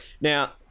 Now